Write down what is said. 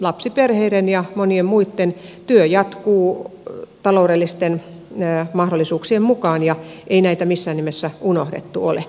lapsiperheiden ja monien muitten puolesta tehtävä työ jatkuu taloudellisten mahdollisuuksien mukaan ja ei näitä missään nimessä unohdettu ole